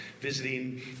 visiting